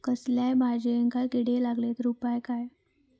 कसल्याय भाजायेंका किडे लागले तर उपाय काय?